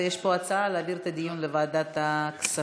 יש פה הצעה להעביר את הדיון לוועדת הכספים.